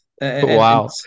Wow